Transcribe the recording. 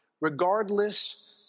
Regardless